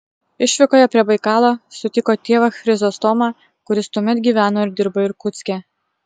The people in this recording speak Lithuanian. išvykoje prie baikalo sutiko tėvą chrizostomą kuris tuomet gyveno ir dirbo irkutske